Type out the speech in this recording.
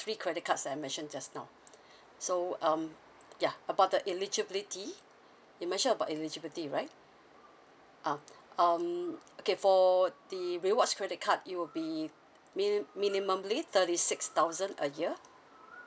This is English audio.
three credit cards that I mentioned just now so um yeah about the eligibility you mentioned about eligibility right uh um okay for the rewards credit card it will be mini~ thirty six thousand a year